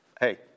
Hey